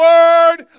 Word